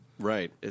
Right